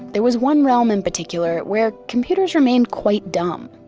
there was one realm in particular where computers remained quite dumb.